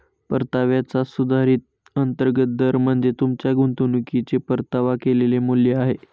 परताव्याचा सुधारित अंतर्गत दर म्हणजे तुमच्या गुंतवणुकीचे परतावा केलेले मूल्य आहे